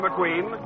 McQueen